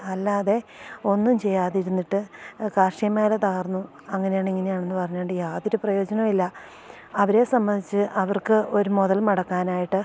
അല്ലാതെ ഒന്നും ചെയ്യാതിരുന്നിട്ട് കാർഷികമേഖല തകർന്നു അങ്ങനെയാണിങ്ങനെയാണെന്ന് പറഞ്ഞു കൊണ്ട് യാതൊരു പ്രയോജനവും ഇല്ല അവരെ സംബന്ധിച്ച് അവർക്ക് ഒരു മുതൽ മടക്കാനായിട്ട്